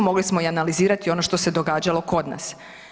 Mogli smo i analizirati ono što se događalo kod nas.